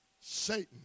Satan